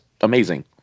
amazing